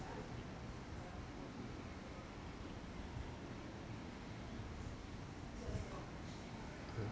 yeah